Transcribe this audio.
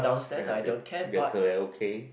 ya they they are karaoke